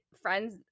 friends